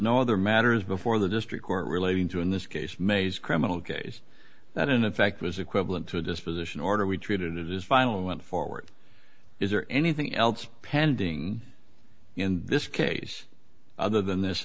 no other matters before the district court relating to in this case may's criminal case that in effect was equivalent to a disposition order we treat it is final went forward is there anything else pending in this case other than this